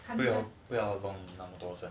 还没有不要弄